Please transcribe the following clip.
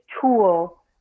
tool